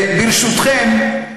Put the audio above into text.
וברשותכם,